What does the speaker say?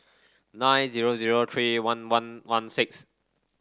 nine zero zero three one one one six